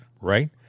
right